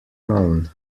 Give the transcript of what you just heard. known